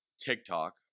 TikTok